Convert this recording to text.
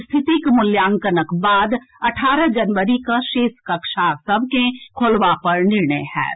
स्थितिक मूल्यांकनक बाद अठारह जनवरी कऽ शेष कक्षाक सभ के खोलबा पर निर्णय होएत